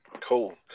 Cool